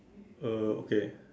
uh okay